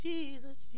Jesus